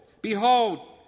Behold